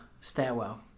stairwell